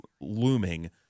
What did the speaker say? looming